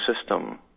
system